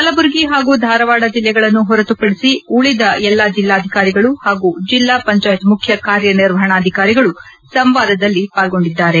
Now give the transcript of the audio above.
ಕಲಬುರಗಿ ಹಾಗೂ ಧಾರವಾದ ಜಿಲ್ಲೆಗಳನ್ನು ಹೊರತುಪದಿಸಿ ಉಳಿದ ಎಲ್ಲಾ ಜೆಲ್ಲಾಧಿಕಾರಿಗಳು ಹಾಗೂ ಜೆಲ್ಲಾ ಪಂಚಾಯತ್ ಮುಖ್ಯ ಕಾರ್ಯನಿರ್ವಹಣಾಧಿಕಾರಿಗಳು ಸಂವಾದದಲ್ಲಿ ಪಾಲ್ಗೊಂಡಿದ್ದರು